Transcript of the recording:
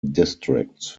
districts